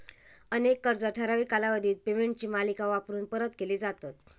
अनेक कर्जा ठराविक कालावधीत पेमेंटची मालिका वापरून परत केली जातत